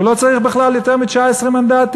הוא לא צריך בכלל יותר מ-19 מנדטים.